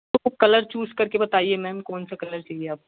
तो colour choose करके बताइए मैम कौनसा कलर चाहिए आपको